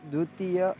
द्वितीयम्